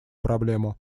проблему